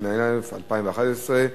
התשע"א 2011,